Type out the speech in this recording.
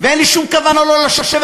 ואין לי שום כוונה לא לשבת,